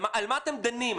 על מה אתם דנים?